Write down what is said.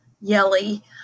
yelly